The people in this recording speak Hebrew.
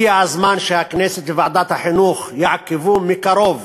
הגיע הזמן שהכנסת וועדת החינוך יעקבו מקרוב